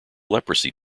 leprosy